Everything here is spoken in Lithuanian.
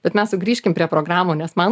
bet mes sugrįžkim prie programų nes man